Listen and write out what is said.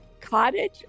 cottage